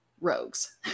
rogues